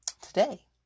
today